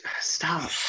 Stop